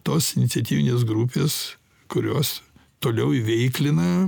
tos iniciatyvinės grupės kurios toliau įveiklina